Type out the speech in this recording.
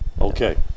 Okay